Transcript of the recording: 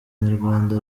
nyarwanda